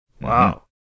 Wow